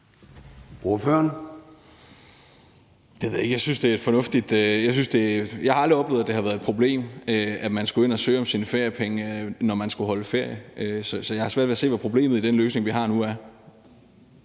Jeg har aldrig oplevet, at det har været et problem, at man skulle ind og søge om sine feriepenge, når man skulle holde ferie, så jeg har svært ved at se, hvad problemet med den løsning, vi har nu, er.